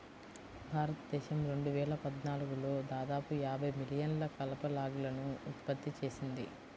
భారతదేశం రెండు వేల పద్నాలుగులో దాదాపు యాభై మిలియన్ల కలప లాగ్లను ఉత్పత్తి చేసింది